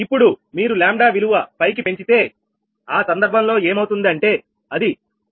ఇప్పుడు మీరు 𝜆 విలువ పైకి పెంచితే ఆ సందర్భంలో ఏమౌతుంది అంటే అది 46